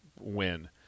win